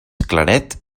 claret